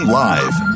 live